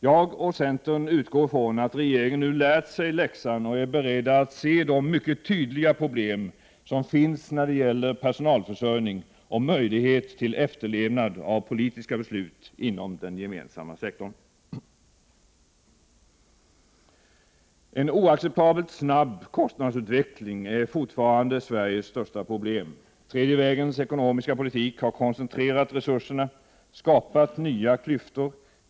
Jag och centern utgår ifrån att regeringen nu lärt sig läxan och är beredd att se de mycket tydliga problem som finns när det gäller personalförsörjning och möjlighet till efterlevnad av politiska beslut inom den gemensamma sektorn. En oacceptabelt snabb kostnadsutveckling är fortfarande Sveriges största ekonomiska problem. ”Tredje vägens ekonomiska politik” har koncentrerat resurserna och skapat nya klyftor.